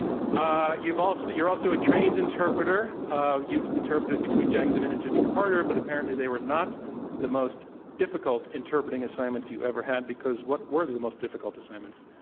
i did. you've also you're also a trained interpreter. ah you've interpreted between jiang zemin and jimmy carter, but apparently they were not the most difficult interpreting assignments you ever had, because what were the the most difficult assignments?